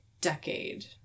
decade